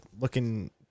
looking